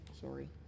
Sorry